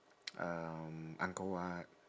um angkor wat